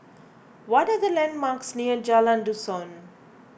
what are the landmarks near Jalan Dusun